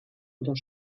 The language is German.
unter